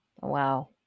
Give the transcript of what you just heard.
Wow